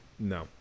No